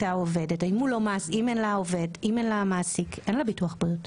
אין לה ביטוח בריאות